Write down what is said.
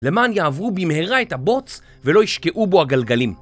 למען יעברו במהרה את הבוץ ולא ישקעו בו הגלגלים.